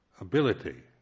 ability